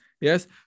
yes